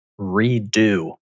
redo